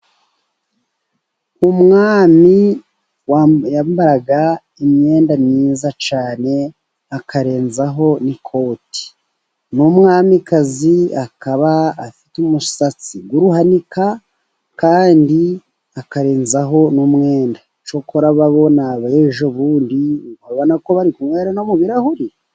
Umwami yambaraga imyenda myiza cyane akarenzaho n'ikoti, n'umwamikazi akaba afite umusatsi w'uruhanika kandi akarenzaho n'umwenda. Cyokora aba bo ni ab'ejobundi uri kubona ko bari kunywera no mu birarahuri.